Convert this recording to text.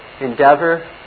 endeavor